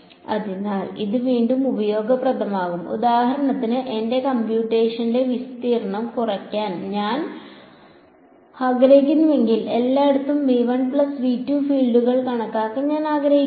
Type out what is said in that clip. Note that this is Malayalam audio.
അതിനാൽ ഇത് വീണ്ടും ഉപയോഗപ്രദമാകും ഉദാഹരണത്തിന് എന്റെ കമ്പ്യൂട്ടേഷന്റെ വിസ്തീർണ്ണം കുറയ്ക്കാൻ ഞാൻ ആഗ്രഹിക്കുന്നുവെങ്കിൽ എല്ലായിടത്തും ഫീൽഡുകൾ കണക്കാക്കാൻ ഞാൻ ആഗ്രഹിക്കുന്നില്ല